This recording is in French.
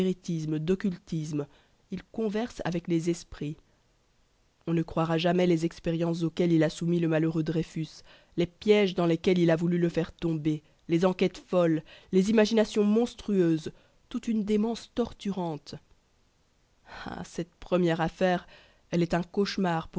spiritisme d'occultisme il converse avec les esprits on ne saurait concevoir les expériences auxquelles il a soumis le malheureux dreyfus les pièges dans lesquels il a voulu le faire tomber les enquêtes folles les imaginations monstrueuses toute une démence torturante ah cette première affaire elle est un cauchemar